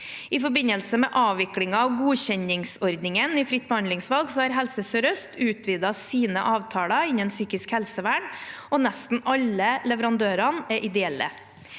I forbindelse med avviklingen av godkjenningsordningen i fritt behandlingsvalg har Helse Sør-Øst utvidet sine avtaler innen psykisk helsevern, og nesten alle leverandørene er ideelle.